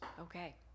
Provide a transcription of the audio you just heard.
Okay